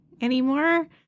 anymore